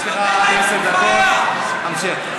יש לך עשר דקות, המשך.